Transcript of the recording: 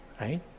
Right